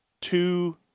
two